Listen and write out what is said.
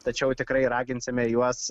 tačiau tikrai raginsime juos